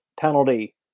penalty